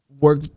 work